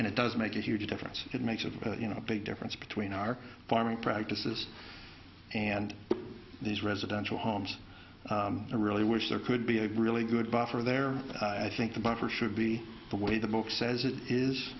and it does make a huge difference it makes a big difference between our farming practices and these residential homes i really wish there could be a really good buffer there i think the buffer should be the way the book says it is